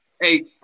Hey